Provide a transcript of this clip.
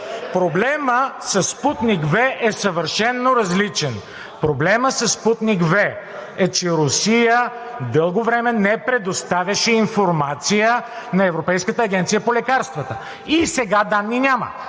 Проблемът със „Спутник V“ е съвършено различен. Проблемът със „Спутник V“ е, че Русия дълго време не предоставяше информация на Европейската агенция по лекарствата и сега данни няма.